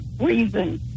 reason